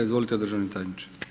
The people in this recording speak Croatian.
Izvolite državni tajniče.